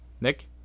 Nick